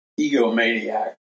egomaniac